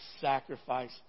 sacrifice